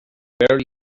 barely